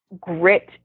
grit